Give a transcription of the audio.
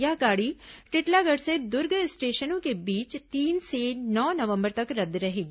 यह गाड़ी टिटलागढ़ से दुर्ग स्टेशनों के बीच तीन से नौ नवंबर तक रद्द रहेगी